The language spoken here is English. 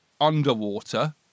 underwater